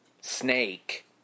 snake